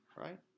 right